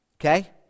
okay